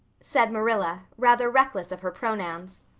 said marilla, rather reckless of her pronouns.